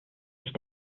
sich